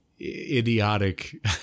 idiotic